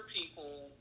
people